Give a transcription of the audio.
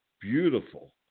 beautiful